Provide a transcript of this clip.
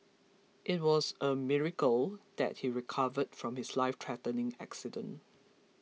it was a miracle that he recovered from his lifethreatening accident